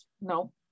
no